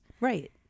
right